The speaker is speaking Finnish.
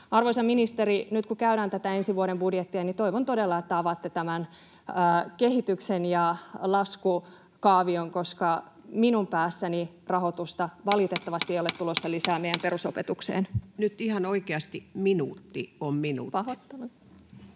Arvoisa ministeri, nyt kun käydään läpi tätä ensi vuoden budjettia, niin toivon todella, että avaatte tämän kehityksen ja laskukaavion, koska minun päässäni rahoitusta valitettavasti ei ole tulossa lisää meidän perusopetukseen. Nyt ihan oikeasti minuutti on minuutti. [Nasima